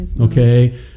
Okay